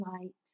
light